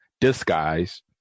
Disguise